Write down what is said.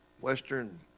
Western